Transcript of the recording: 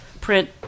print